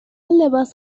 لباس